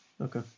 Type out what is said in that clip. Okay